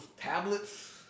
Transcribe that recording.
tablets